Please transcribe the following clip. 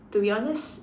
to be honest